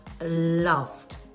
loved